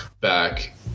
back